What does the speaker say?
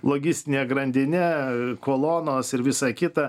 logistine grandine kolonos ir visa kita